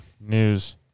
News